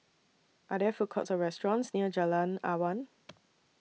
Are There Food Courts Or restaurants near Jalan Awan